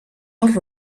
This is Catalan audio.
els